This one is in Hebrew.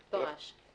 פרש.